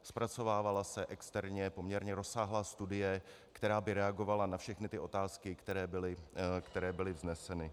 Zpracovávala se externě poměrně obsáhlá studie, která by reagovala na všechny ty otázky, které byly vzneseny.